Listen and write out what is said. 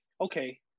okay